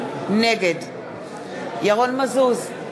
נגד ירון מזוז,